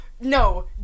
no